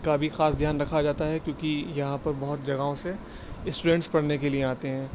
کا بھی خاص دھیان رکھا جاتا ہے کیونکہ یہاں پر بہت جگہوں سے اسٹوڈینٹس پڑھنے کے لیے آتے ہیں